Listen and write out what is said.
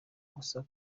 gusa